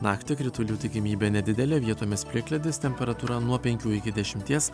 naktį kritulių tikimybė nedidelė vietomis plikledis temperatūra nuo penkių iki dešimties